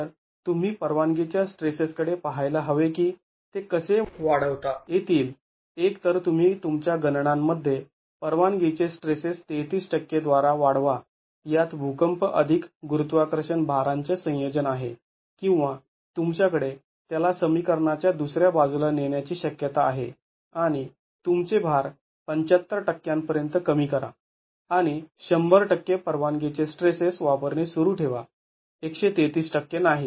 तर तुम्ही परवानगीच्या स्ट्रेसेस कडे पाहायला हवे की ते कसे वाढवता येतील एक तर तुम्ही तुमच्या गणनांमध्ये परवानगीचे स्ट्रेसेस ३३ टक्के द्वारा वाढवा यात भूकंप अधिक गुरुत्वाकर्षण भाराचे संयोजन आहे किंवा तुमच्याकडे त्याला समीकरणाच्या दुसऱ्या बाजूला नेण्याची शक्यता आहे आणि तुमचे भार ७५ टक्क्यां पर्यंत कमी करा आणि १०० टक्के परवानगीचे स्ट्रेसेस वापरणे सुरू ठेवा १३३ टक्के नाही